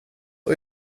och